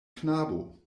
knabo